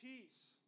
Peace